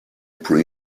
pre